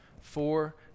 Four